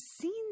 seen